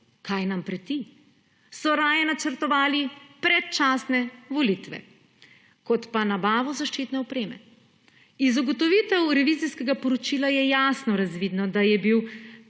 kaj nam preti, so raje načrtovali predčasne volitve, kot pa nabavo zaščitne opreme. Iz ugotovitev revizijskega poročila je jasno razvidno, da je bil